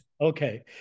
Okay